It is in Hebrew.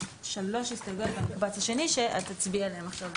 הסתייגויות במקבץ השני שאת תצביעי עליהם עכשיו במרוכז.